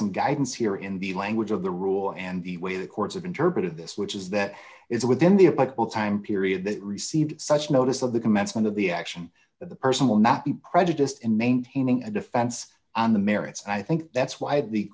some guidance here in the language of the rule and the way the courts have interpreted this which is that it's within the a but will time period that received such notice of the commencement of the action that the person will not be prejudiced in maintaining a defense on the merits and i think that's why the